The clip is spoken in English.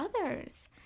others